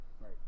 Right